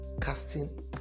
casting